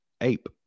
ape